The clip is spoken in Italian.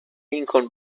lincoln